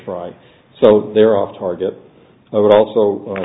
fry so they're off target i would also